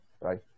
right